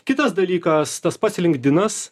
kitas dalykas tas pats linkd inas